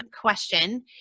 question